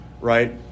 right